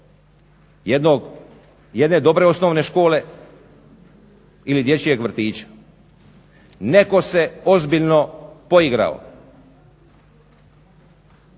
jedne dobre osnovne škole ili dječjeg vrtića. Netko se ozbiljno poigrao